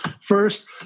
first